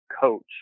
coach